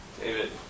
David